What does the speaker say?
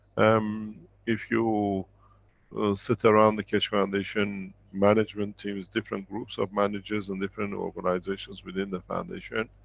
um if you sit around the keshe foundation, management team is different groups of managers and different organizations within the foundation,